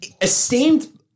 esteemed